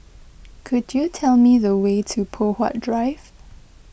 could you tell me the way to Poh Huat Drive